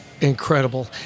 incredible